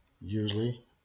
usually